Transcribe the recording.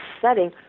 setting